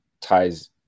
ties